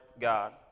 God